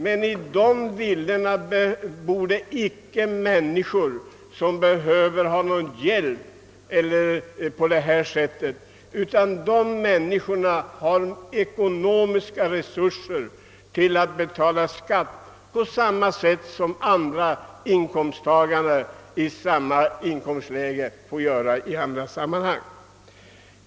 Men i dessa villor bor icke människor som behöver någon hjälp eller något stöd, utan de har ekonomiska resurser att betala skatt lika väl som Övriga inkomsttagare i samma inkomstläge får göra det i andra sammanhang.